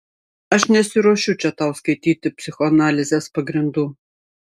aš nesiruošiu čia tau skaityti psichoanalizės pagrindų